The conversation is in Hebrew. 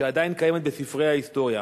שעדיין קיימת בספרי ההיסטוריה.